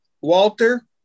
Walter